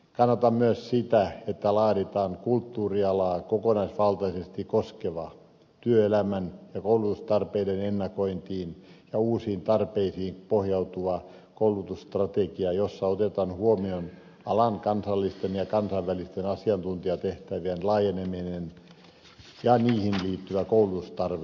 kannatan myös sitä että laaditaan kulttuurialaa kokonaisvaltaisesti koskeva työelämän ja koulutustarpeiden ennakointiin ja uusiin tarpeisiin pohjautuva koulutusstrategia jossa otetaan huomioon alan kansallisten ja kansainvälisten asiantuntijatehtävien laajeneminen ja niihin liittyvä koulutustarve